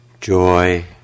joy